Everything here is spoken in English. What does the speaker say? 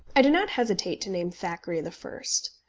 i do not hesitate to name thackeray the first.